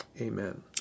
Amen